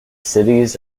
cities